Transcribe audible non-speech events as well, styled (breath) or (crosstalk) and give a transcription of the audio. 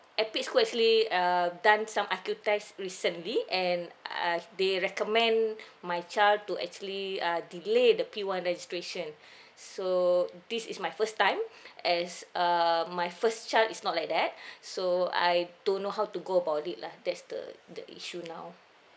eipic school actually uh done some I_Q test recently and uh they recommend (breath) my child to actually err delay the P one registration (breath) so this is my first time (breath) as err my first child is not like that (breath) so I don't know how to go about it lah that's the the issue now